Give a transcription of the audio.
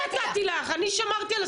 נתתי לך לדבר,